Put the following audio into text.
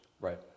Right